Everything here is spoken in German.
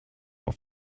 auf